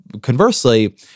conversely